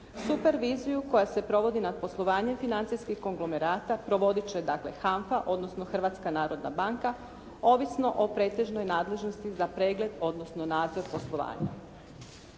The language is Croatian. Superviziju koja se provodi nad poslovanjem financijskih konglomerata provoditi će dakle HANFA, odnosno Hrvatska narodna banka, ovisno o pretežnoj nadležnosti za pregled, odnosno nadzor poslovanja.